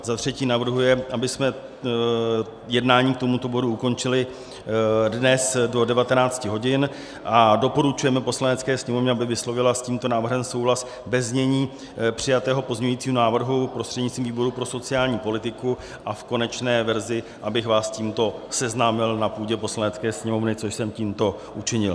Za třetí navrhuje, abychom jednání k tomuto bodu ukončili dnes do 19 hodin, a doporučujeme Poslanecké sněmovně, aby vyslovila s tímto návrhem souhlas ve znění přijatého pozměňovacího návrhu prostřednictvím výboru pro sociální politiku, a v konečné verzi, abych vás s tímto seznámil na půdě Poslanecké sněmovny, což jsem tímto učinil.